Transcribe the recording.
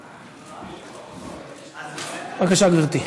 בבקשה, גברתי.